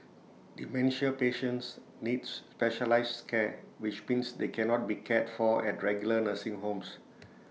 dementia patients needs specialised care which means they cannot be cared for at regular nursing homes